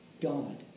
God